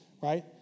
right